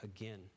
again